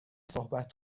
صحبت